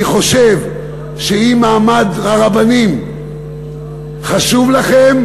אני חושב שאם מעמד הרבנים חשוב לכם,